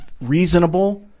reasonable